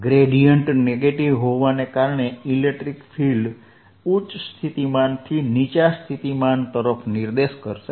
gradient negative હોવાને કારણે electric field ઉચ્ચ સ્થિતિમાનથી નીચા સ્થિતિમાન તરફ નિર્દેશ કરશે